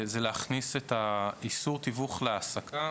זה להכניס את איסור תיווך להעסקה,